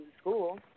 school